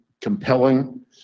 compelling